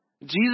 Jesus